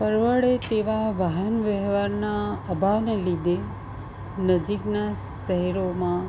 પરવડે તેવા વાહન વ્યવહારના અભાવને લીધે નજીકનાં શહેરોમાં